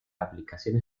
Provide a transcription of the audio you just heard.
aplicaciones